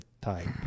type